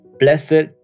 blessed